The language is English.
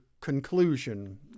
conclusion